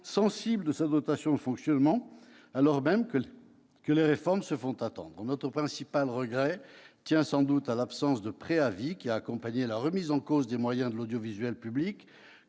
sensible de sa dotation de fonctionnement, alors même que les réformes se font attendre ? Notre principal regret tient sans doute à l'absence de préavis qui a accompagné la remise en cause des moyens de l'audiovisuel public.